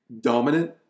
dominant